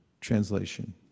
Translation